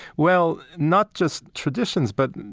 well, not just traditions but,